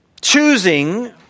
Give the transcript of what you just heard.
choosing